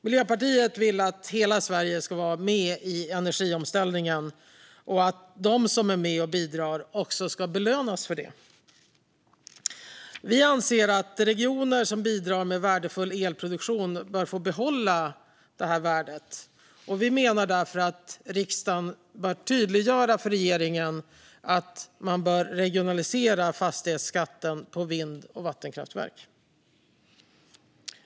Miljöpartiet vill att hela Sverige ska vara med i energiomställningen och att de som är med och bidrar också ska belönas för det. Vi anser att regioner som bidrar med värdefull elproduktion bör få behålla det här värdet. Vi menar därför att riksdagen bör tydliggöra för regeringen att man bör regionalisera fastighetsskatten på vind och vattenkraftverk.